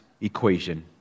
equation